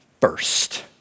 first